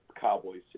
Cowboys